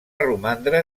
romandre